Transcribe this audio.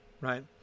right